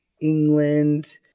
England